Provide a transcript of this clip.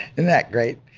and that great?